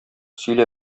сөйлә